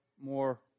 more